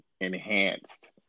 enhanced